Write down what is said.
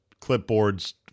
Clipboard's